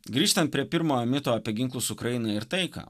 grįžtant prie pirmojo mito apie ginklus ukrainai ir taiką